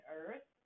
earth